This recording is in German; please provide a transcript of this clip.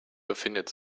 befindet